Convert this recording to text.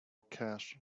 cash